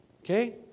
Okay